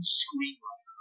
screenwriter